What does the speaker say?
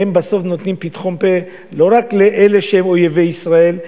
והם בסוף נותנים פתחון פה לא רק לאלה שהם אויבי ישראל,